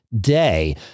day